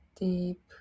deep